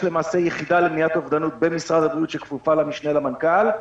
יש למעשה יחידה למניעת אובדנות במשרד הבריאות שכפופה למשנה למנכ"ל.